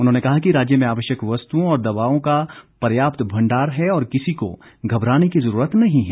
उन्होंने कहा कि राज्य में आवश्यक वस्तुओं और दवाओं का पर्याप्त भंडार है और किसी को घबराने की जरूरत नहीं है